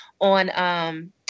on